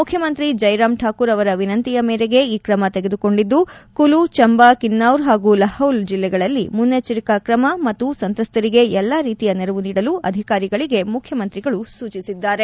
ಮುಖ್ಯಮಂತ್ರಿ ಜೈರಾಮ್ ಶಾಕೂರ್ ಅವರ ವಿನಂತಿಯ ಮೇರೆಗೆ ಈ ಕ್ರಮ ತೆಗೆದುಕೊಂಡಿದ್ದು ಕುಲು ಚಂಬಾ ಕಿಸ್ಕಾರ್ ಹಾಗೂ ಲಹೌಲ್ ಜಲ್ಲೆಗಳಲ್ಲಿ ಮುನ್ನೆಚ್ಚರಿಕ ಕ್ರಮ ಹಾಗೂ ಸಂತ್ರಸ್ತರಿಗೆ ಎಲ್ಲ ರೀತಿಯ ನೆರವು ನೀಡಲು ಅಧಿಕಾರಿಗಳಗೆ ಅವರು ಆದೇಶಿಸಿದ್ದಾರೆ